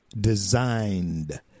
designed